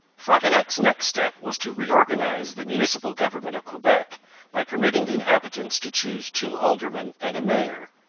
frontenac's next step was to reorganize the municipal government of quebec by permitting the inhabitants to choose two aldermen and a mayor.